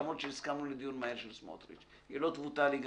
למרות שהסכמנו לדיון מהיר של סמוטריץ הרפורמה לא תבוטל והיא לא תשונה.